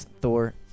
Thor